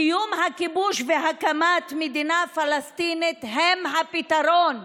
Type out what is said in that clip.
סיום הכיבוש והקמת מדינה פלסטינית הם הפתרון,